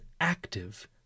active